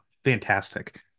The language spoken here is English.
fantastic